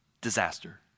disaster